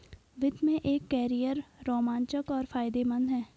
वित्त में एक कैरियर रोमांचक और फायदेमंद है